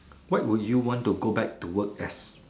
what would you want to go back to work as